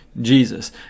Jesus